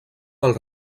del